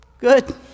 Good